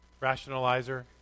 rationalizer